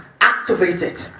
activated